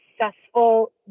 successful